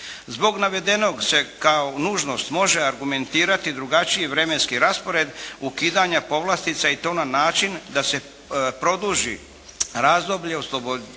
Zbog navedenog se kao nužnost može argumentirati drugačiji vremenski raspored ukidanja povlastica i to na način da se produži razdoblje oslobađanja